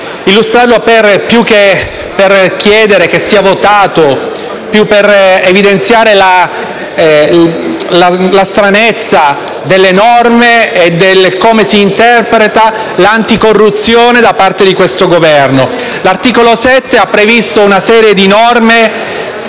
non tanto per chiedere che sia votato, quanto per evidenziare la stranezza delle norme e di come si interpreta l'anticorruzione da parte di questo Governo. L'articolo 7 ha previsto una serie di norme